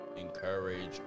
encourage